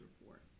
report